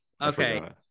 Okay